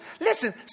Listen